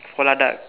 oh ladakh